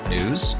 News